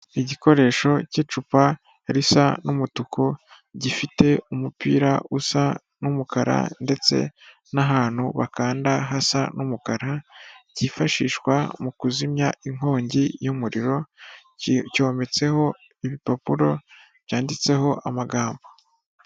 Igikoresho cy'icupa risa n'umutuku, gifite umupira usa n'umukara ndetse n'ahantu bakanda hasa n'umukara, cyifashishwa mu kuzimya inkongi y'umuriro, cyometseho ibipapuro byanditseho amagambo.